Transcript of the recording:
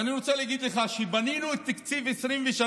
ואני רוצה להגיד לך, כשבנינו את תקציב 2023,